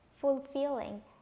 fulfilling